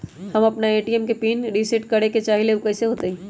हम अपना ए.टी.एम के पिन रिसेट करे के चाहईले उ कईसे होतई?